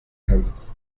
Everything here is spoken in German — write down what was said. kannst